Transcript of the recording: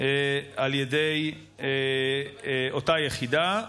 על ידי אותה יחידה.